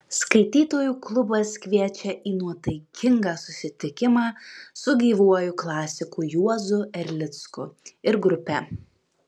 skaitytojų klubas kviečia į nuotaikingą susitikimą su gyvuoju klasiku juozu erlicku ir grupe